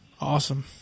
awesome